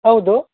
ಹೌದು